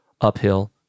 uphill